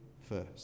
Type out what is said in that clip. first